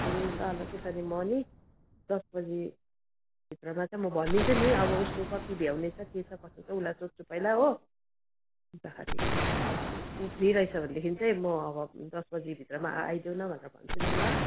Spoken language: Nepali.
ए ल ल त्यसो भने म नि दस बजीभित्रमा चाहिँ म भनिदिन्छु नि अब उसको कति भ्याउने छ के छ कसो छ उसलाई सोध्छु पहिला हो अन्तखेरि उ फ्री रहेछ भनेदेखि चाहिँ म अब दस बजीभित्रमा आ आइदेउ न भनेर भन्छु नि ल